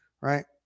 right